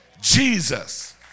Jesus